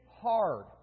hard